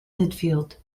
midfield